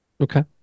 Okay